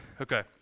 Okay